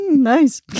Nice